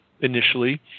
initially